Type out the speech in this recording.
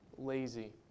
lazy